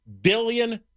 billion